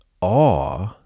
awe